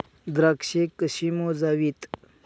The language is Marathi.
द्राक्षे कशी मोजावीत?